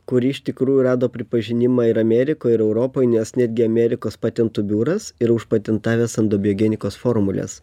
kuri iš tikrųjų rado pripažinimą ir amerikoj ir europoj nes netgi amerikos patentų biuras ir užpatentavęs endobiogenikos formules